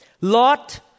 Lot